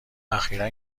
اخیرا